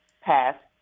passed